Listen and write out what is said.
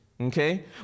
Okay